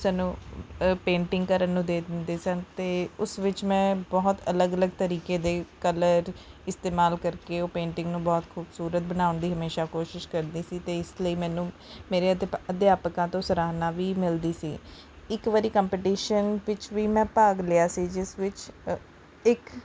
ਸਾਨੂੰ ਪੇਂਟਿੰਗ ਕਰਨ ਨੂੰ ਦੇ ਦਿੰਦੇ ਸਨ ਅਤੇ ਉਸ ਵਿੱਚ ਮੈਂ ਬਹੁਤ ਅਲੱਗ ਅਲੱਗ ਤਰੀਕੇ ਦੇ ਕਲਰ ਇਸਤੇਮਾਲ ਕਰਕੇ ਉਹ ਪੇਂਟਿੰਗ ਨੂੰ ਬਹੁਤ ਖੂਬਸੂਰਤ ਬਣਾਉਣ ਦੀ ਹਮੇਸ਼ਾਂ ਕੋਸ਼ਿਸ਼ ਕਰਦੀ ਸੀ ਅਤੇ ਇਸ ਲਈ ਮੈਨੂੰ ਮੇਰੇ ਅਧਿਪ ਅਧਿਆਪਕਾਂ ਤੋਂ ਸਰਾਹਨਾ ਵੀ ਮਿਲਦੀ ਸੀ ਇੱਕ ਵਾਰੀ ਕੰਪੀਟੀਸ਼ਨ ਵਿੱਚ ਵੀ ਮੈਂ ਭਾਗ ਲਿਆ ਸੀ ਜਿਸ ਵਿੱਚ ਅ ਇੱਕ